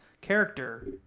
character